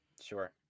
Sure